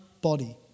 body